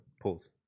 Pause